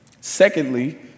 Secondly